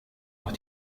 noch